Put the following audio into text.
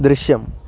ദൃശ്യം